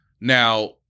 Now